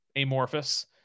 amorphous